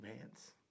pants